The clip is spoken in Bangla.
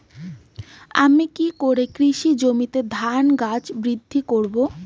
আমি কী করে কৃষি জমিতে ধান গাছ বৃদ্ধি করব?